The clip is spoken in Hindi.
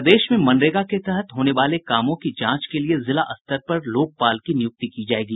प्रदेश में मनरेगा के तहत होने वाले कामों की जांच के लिये जिला स्तर पर लोकपाल की नियुक्ति की जायेगी